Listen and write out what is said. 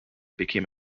became